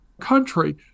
country